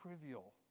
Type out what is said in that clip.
trivial